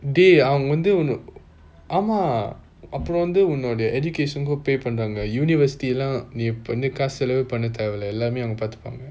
dey அவங்க வந்து உன் ஆம்ம அப்ரம் வந்து உன்னோடைய:avanga vanthu un aama apram vanthu unnodiya education pay பன்ராங்க:panranga university lah நீ காசு செலவு பன்ன தெவை இல்ல எல்லாமே அவங்க பார்த்துப்பாங்க:nee kaasu selva panna thevai illa ellamae avanga paathupanga